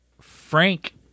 Frank